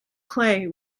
clay